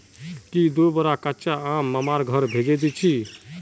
दी बोरा कच्चा आम मामार घर भेजे दीछि